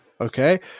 Okay